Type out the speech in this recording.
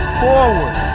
forward